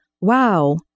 WOW